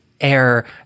air